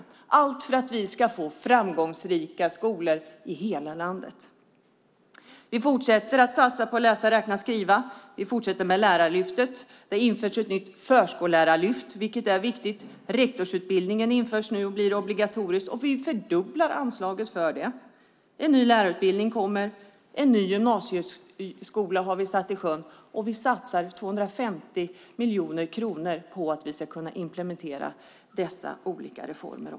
Allt detta görs för att vi ska få framgångsrika skolor i hela landet. Vi fortsätter att satsa på läsa-räkna-skriva. Vi fortsätter med Lärarlyftet. Det införs ett nytt förskollärarlyft, vilket är viktigt. En rektorsutbildning införs och blir obligatorisk, och vi fördubblar anslaget för den. En ny lärarutbildning kommer, vi har satt en ny gymnasieskola i sjön, och vi satsar 250 miljoner kronor på att vi ska kunna implementera dessa olika reformer.